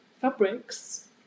fabrics